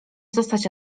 zostać